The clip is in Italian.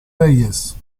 reyes